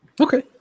Okay